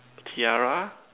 tiara